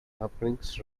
happenings